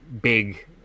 big